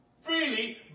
freely